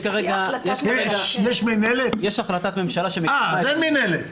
יש החלטת ממשלה --- אין מנהלת,